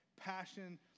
passion